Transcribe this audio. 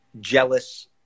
jealous